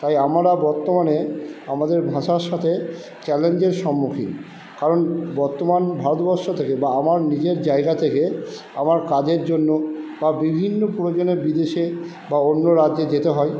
তাই আমরা বর্তমানে আমাদের ভাষার সাথে চ্যালেঞ্জের সম্মুখীন কারণ বর্তমান ভারতবর্ষ থেকে বা আমার নিজের জায়গা থেকে আমার কাজের জন্য বা বিভিন্ন প্রয়োজনে বিদেশে বা অন্য রাজ্যে যেতে হয়